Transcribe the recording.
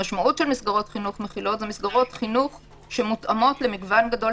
אלה מסגרות חינוך שמותאמות למגוון גדול